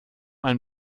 ein